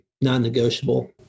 non-negotiable